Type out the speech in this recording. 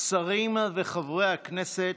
שרים וחברי הכנסת,